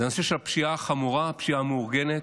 זה הנושא של הפשיעה החמורה, הפשיעה המאורגנת,